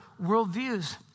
worldviews